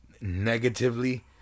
negatively